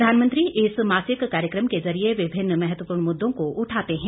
प्रधानमंत्री इस मासिक कार्यक्रम के जरिये विभिन्न महत्वपूर्ण मुद्दों को उठाते हैं